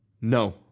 no